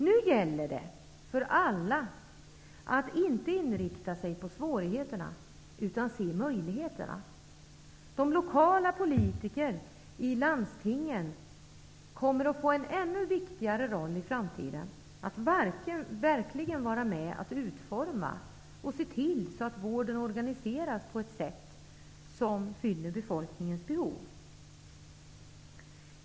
Nu gäller det för alla att inte inrikta sig på svårigheterna, utan att se möjligheterna. De lokala politikerna i landstingen kommer att få en ännu viktigare roll i framtiden, att verkligen vara med och utforma och se till så att vården organiseras på ett sätt som fyller befolkningens behov.